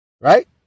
Right